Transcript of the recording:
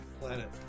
Planet